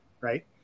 right